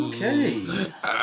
Okay